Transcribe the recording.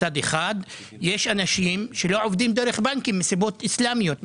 יש אנשים שלא עובדים עם בנקים מסיבות איסלאמיות,